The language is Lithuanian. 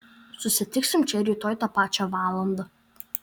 susitiksim čia rytoj tą pačią valandą